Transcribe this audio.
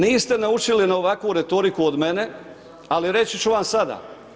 Niste naučili na ovakvu retoriku od mene, ali reći ću vam sada.